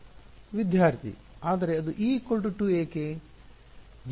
ವಿದ್ಯಾರ್ಥಿ ಆದರೆ ಅದು e 2 ಏಕೆ